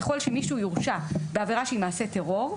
ככל שמישהו יורשע בעבירה שהיא מעשה טרור,